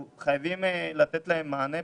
אנחנו חייבים לתת להם מענה.